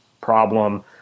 problem